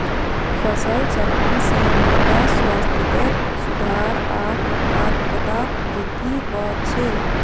फसल चक्रण से मृदा स्वास्थ्यत सुधार आर उत्पादकतात वृद्धि ह छे